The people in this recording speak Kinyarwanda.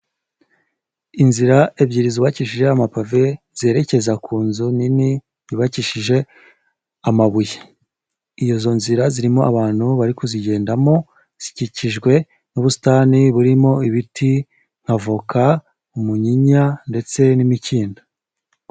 Inzira ebyiri zubakijije amapave zerekeza ku nzu nini yubakishije amabuye. Izo nzira zirimo abantu bari kuzigendamo, zikikijwe n'ubusitani burimo ibiti nka voka, umunyinya ndetse n'imikindo.